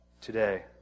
today